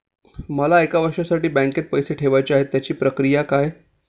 मला एक वर्षासाठी बँकेत पैसे ठेवायचे आहेत त्याची प्रक्रिया काय?